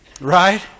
Right